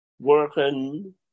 working